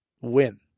win